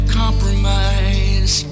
compromise